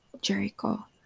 Jericho